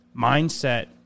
mindset